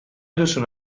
duzun